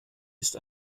ist